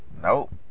Nope